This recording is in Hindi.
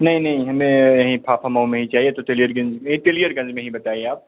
नहीं नहीं हमें यहीं फाफा माउ में ही चाहिये तो तेलियर गंज में यहीं तेलियर गंज में ही बताएं आप